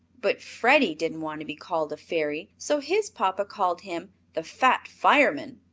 but freddie didn't want to be called a fairy, so his papa called him the fat fireman,